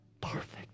perfect